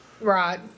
right